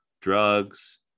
drugs